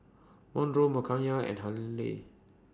Monroe Mckayla and Hayley